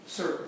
Sir